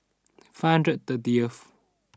five hundred thirty